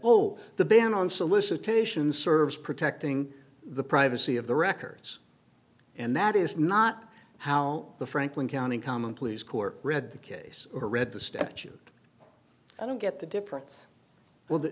oh the ban on solicitations serves protecting the privacy of the records and that is not how the franklin county common pleas court read the case or read the statute i don't get the